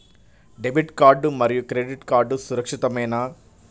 Debit card మరియు credit card సురక్షితమేనా?